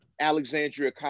Alexandria